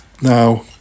now